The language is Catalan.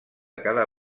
cada